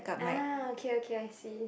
ah okay okay I see